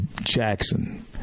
Jackson